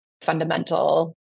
fundamental